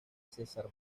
cesar